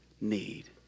need